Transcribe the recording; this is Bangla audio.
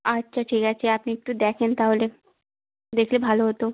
আচ্ছা ঠিক আছে আপনি একটু দেখেন তাহলে দেখলে ভালো হতো